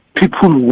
people